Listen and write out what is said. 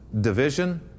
division